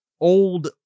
old